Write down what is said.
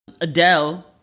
Adele